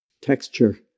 texture